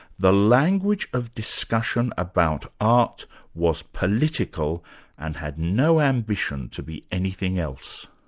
the language of discussion about art was political and had no ambition to be anything else.